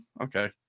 okay